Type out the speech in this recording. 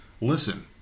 Listen